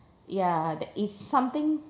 ya that is something